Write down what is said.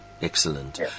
Excellent